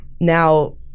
Now